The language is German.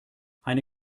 eine